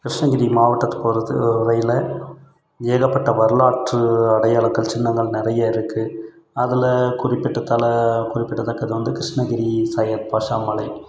கிருஷ்ணகிரி மாவட்டத்தை பொறுத்தவரையில் ஏகப்பட்ட வரலாற்று அடையாளங்கள் சின்னங்கள் நிறைய இருக்குது அதில் குறிப்பிட்டதில் குறிப்பிட்டத்தக்கது வந்து கிருஷ்ணகிரி சையத் பாஷா மலை